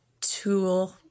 tool